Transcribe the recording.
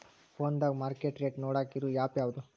ಫೋನದಾಗ market rate ನೋಡಾಕ್ ಇರು ಆ್ಯಪ್ ಯಾವದು?